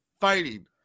Fighting